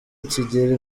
kigira